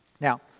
Now